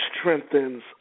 strengthens